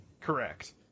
Correct